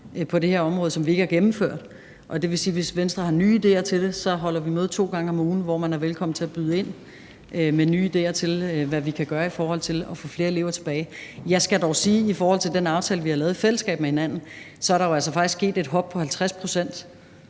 på det her område, som vi ikke har gennemført. Og det vil sige, at hvis Venstre har nye idéer til det, holder vi møde to gange om ugen, hvor man er velkommen til at byde ind med nye idéer til, hvad vi kan gøre for at få flere elever tilbage. Jeg skal dog sige i forhold til den aftale, vi har lavet i fællesskab med hinanden, at der faktisk er sket et hop på 50 pct.